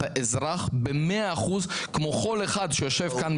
אתה אזרח במאה אחוז כמו כל אחד מאתנו שיושב כאן.